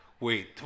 Wait